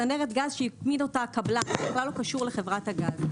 צנרת גז שהתקין אותה הקבלן וזה בכלל לא קשור לחברת הגז,